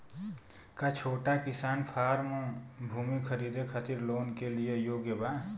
का छोटा किसान फारम भूमि खरीदे खातिर लोन के लिए योग्य बा?